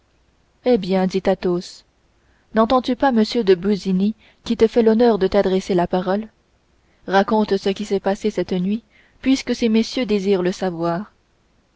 eh bien dit athos nentends tu pas m de busigny qui te fait l'honneur de t'adresser la parole raconte ce qui s'est passé cette nuit puisque ces messieurs désirent le savoir